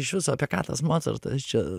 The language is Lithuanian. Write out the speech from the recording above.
išvis apie ką tas mocartas čia